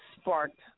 sparked